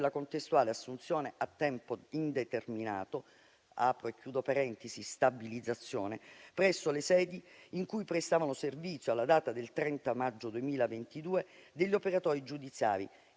la contestuale assunzione a tempo indeterminato (apro e chiudo parentesi: stabilizzazione), presso le sedi in cui prestavano servizio alla data del 30 maggio 2022, degli operatori giudiziari